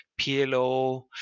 PLO